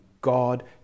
God